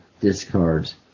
discards